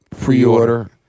pre-order